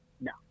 No